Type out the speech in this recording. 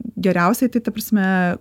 geriausiai tai ta prasme